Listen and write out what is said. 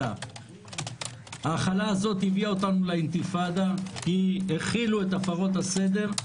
זה הביא אותנו לאינתיפאדה, הכילו את הפרות הסדר,